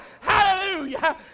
Hallelujah